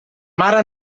mar